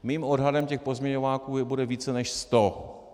Mým odhadem těch pozměňováků bude více než sto.